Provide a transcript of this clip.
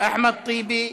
אחמד טיבי,